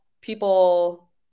people